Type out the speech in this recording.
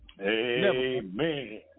Amen